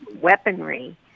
weaponry